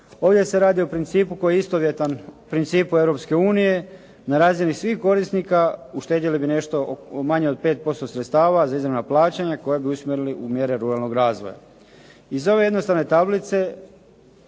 Ovdje se radi o principu koji je istovjetan principu Europske unije. Na razini svih korisnika uštedjeli bi nešto manje od 5% sredstava za izravna plaćanja koja bi usmjerili u mjere ruralnog razvoja. Iz ove jednostavne tablice